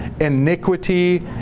Iniquity